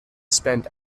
spent